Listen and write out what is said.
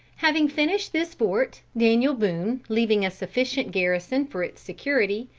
having finished this fort daniel boone, leaving a sufficient garrison for its security,